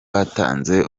batanze